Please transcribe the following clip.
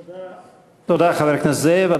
תודה, חבר הכנסת זאב.